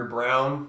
Brown